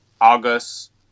August